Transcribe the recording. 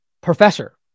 professor